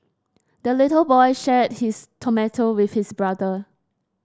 the little boy shared his tomato with his brother